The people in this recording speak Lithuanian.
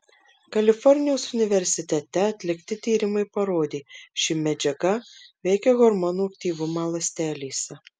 kalifornijos universitete atlikti tyrimai parodė ši medžiaga veikia hormonų aktyvumą ląstelėse